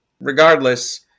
Regardless